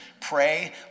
pray